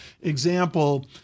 example